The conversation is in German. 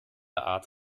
art